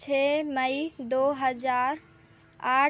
छः मई दो हज़ार आठ